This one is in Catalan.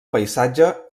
paisatge